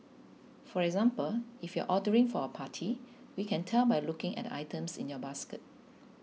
for example if you're ordering for a party we can tell by looking at the items in your basket